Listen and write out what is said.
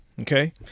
okay